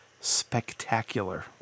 spectacular